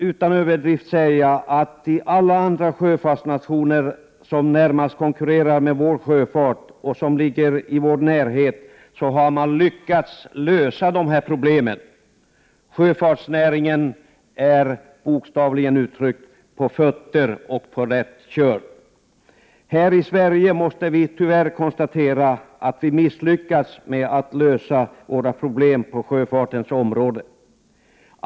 Utan överdrift kan man säga att man i alla sjöfartsnationer i vår närhet vilka konkurrerar med oss har lyckats lösa de här problemen. Sjöfartsnäringen är bokstavligt talat på rätt köl. Här i Sverige måste vi tyvärr konstatera att vi har misslyckats med att lösa våra problem på sjöfartens område.